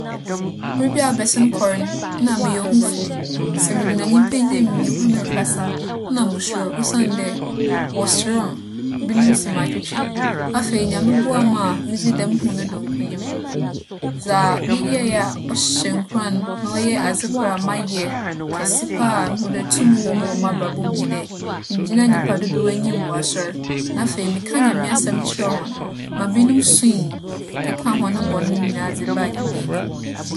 Ber bi a abɛsen kͻ no, nna meyɛ ohufo. Sɛ migyina nyimpa enyim nye hͻn rekasa a na musuro osiandɛ wͻserew me, binom si me atwetwe. Afei Nyame boaa me a midzii dɛm hu no do nkonyim no, dza meyɛe a ͻhyɛ nkuran na ͻyɛ adze kor a mayɛ kɛse paa a muhu dɛ tum wͻ mu wͻ m'abrabͻ mu nye dɛ migyinaa nyimpadodow enyim wͻ asͻr, na afei mekaa Nyame asɛm kyerɛɛ hͻn ma binom sui kekaa hͻn bͻn nyina dze baa Nyame enyim.